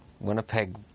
Winnipeg